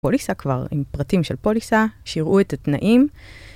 פוליסה כבר, עם פרטים של פוליסה, שיראו את התנאים.